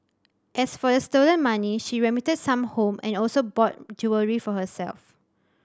as for the stolen money she remitted some home and also bought jewellery for herself